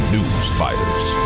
Newsfighters